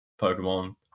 Pokemon